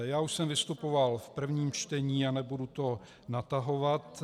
Já už jsem vystupoval v prvním čtení a nebudu to natahovat.